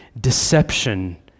deception